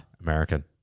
American